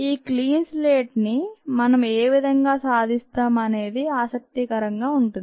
ఈ clean slate ని మనం ఏవిధంగా సాధిస్తాం అనేది ఆసక్తికరంగా ఉంటుంది